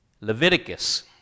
Leviticus